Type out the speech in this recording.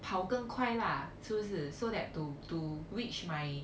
跑更快啦是不是 so that to to reach my